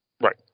Right